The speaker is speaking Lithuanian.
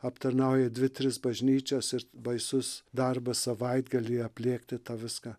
aptarnauja dvi tris bažnyčias ir baisus darbas savaitgalį aplėkti tą viską